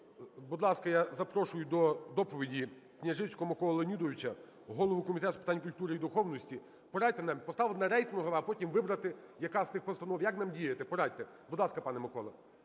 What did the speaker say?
Будь ласка, я запрошую до доповіді Княжицького Миколу Леонідовича, голову Комітету з питань культури і духовності. Поставити на рейтингове, а потім вибрати, яка з тих постанов, як нам діяти, порадьте? Будь ласка, пане Миколо.